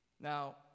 Now